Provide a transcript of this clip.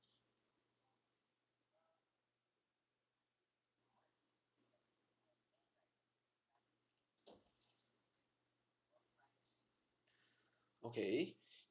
okay